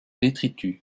détritus